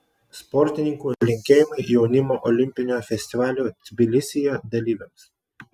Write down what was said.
sportininkų linkėjimai jaunimo olimpinio festivalio tbilisyje dalyviams